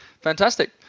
Fantastic